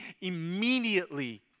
Immediately